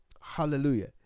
Hallelujah